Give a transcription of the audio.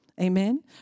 Amen